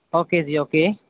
okay ਜੀ okay